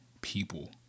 people